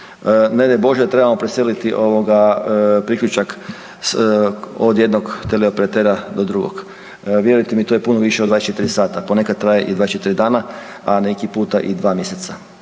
Ne daj Bože da trebamo preseliti priključak od jednog teleoperatera do drugog, vjerujte mi to je puno vuiše od 24 sata, ponekad traje i 24 dana, a neki puta i 2 mjeseca.